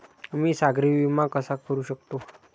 मी सागरी विमा कसा करू शकतो?